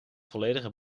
volledige